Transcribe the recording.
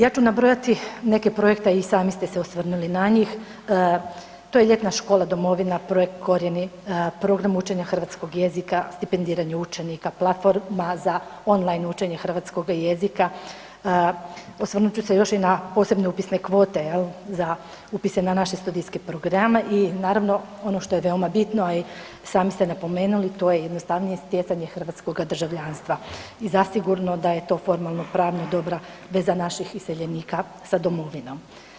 Ja ću nabrojati neke projekte, a i sami ste se osvrnuli na njih, to je Ljetna škola „Domovina“, projekt „Korijeni“, Program učenja hrvatskog jezika, Stipendiranje učenika, Platforma za on line učenje hrvatskoga jezika, osvrnut ću se još i na posebne upisne kvote jel za upise na naše studijske programe i naravno ono što je veoma bitno, a i sami ste napomenuli, to je jednostavnije stjecanje hrvatskoga državljanstva i zasigurno da je to formalnopravna dobra veza naših iseljenika sa domovinom.